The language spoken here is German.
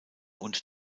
und